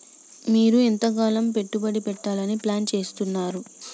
మీరు ఎంతకాలం పెట్టుబడి పెట్టాలని ప్లాన్ చేస్తున్నారు?